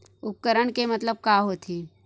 उपकरण के मतलब का होथे?